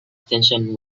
extensive